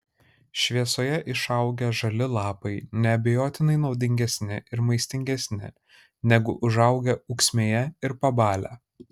šviesoje išaugę žali lapai neabejotinai naudingesni ir maistingesni negu užaugę ūksmėje ir pabalę